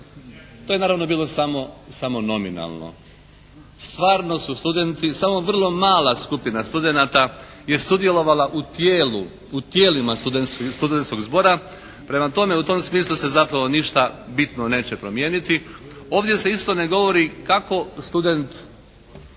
To je naravno bilo samo, samo nominalno. Stvarno su studenti, samo vrlo mala skupina studenata je sudjelovala u tijelu, u tijelima studentskog zbora. Prema tome u tom smislu se zapravo ništa bitno neće promijeniti. Ovdje se isto ne govori kako student